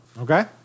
Okay